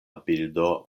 bildo